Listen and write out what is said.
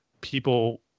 people